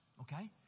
okay